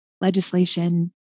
legislation